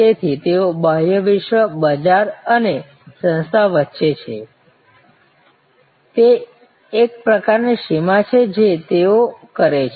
તેથી તેઓ બાહ્ય વિશ્વ બજાર અને સંસ્થા વચ્ચે છે તે એક પ્રકારની સીમા છે જે તેઓ કરે છે